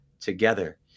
together